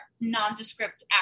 nondescript